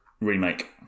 Remake